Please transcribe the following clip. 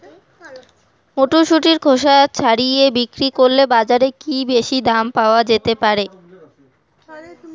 মটরশুটির খোসা ছাড়িয়ে বিক্রি করলে বাজারে কী বেশী দাম পাওয়া যেতে পারে?